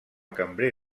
cambrer